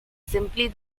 simply